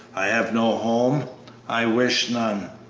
i have no home i wish none.